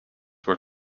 were